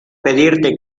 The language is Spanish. pedirte